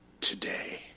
today